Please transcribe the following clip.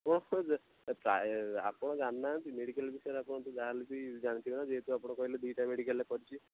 ଆପଣଙ୍କ ପ୍ରାୟ ଆପଣ ଜାଣିନାହାନ୍ତି ମେଡ଼ିକାଲ୍ ବିଷୟରେ ଆପଣ ଯାହା ହେଲେ ବି ଜାଣିଥିବେ ନା ଯେହେତୁ ଆପଣ କହିଲେ ଦୁଇଟା ମେଡ଼ିକାଲ୍ରେ କରିଛି